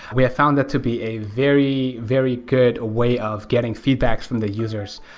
we have found that to be a very, very good way of getting feedbacks from the users.